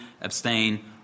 abstain